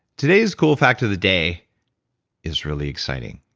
today's cool fact of the day is really exciting.